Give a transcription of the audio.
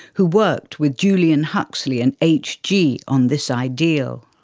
who worked with julian huxley and hg on this ideal.